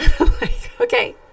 okay